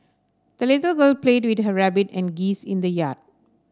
the little girl played with her rabbit and geese in the yard